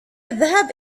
الذهاب